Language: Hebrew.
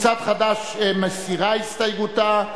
קבוצת חד"ש מסירה הסתייגותה.